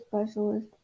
specialist